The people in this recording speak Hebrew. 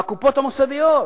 מהקופות המוסדיות,